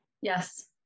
Yes